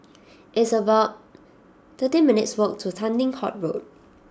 it's about thirteen minutes' walk to Tanglin Halt Road